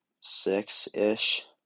six-ish